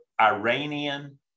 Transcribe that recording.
iranian